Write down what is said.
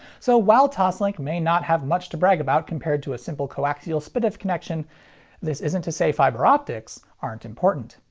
so while toslink may not have much to brag about compared to a simple coaxial s pdif connection this isn't to say fiber optics aren't important.